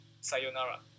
sayonara